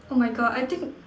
oh my God I think